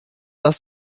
das